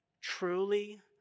truly